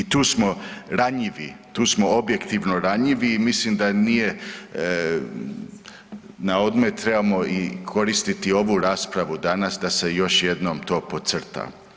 I tu smo ranjivi, tu smo objektivno ranjivi i mislim da nije na odmet, trebamo i koristiti ovu raspravu danas da se još jednom to podcrta.